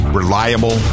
reliable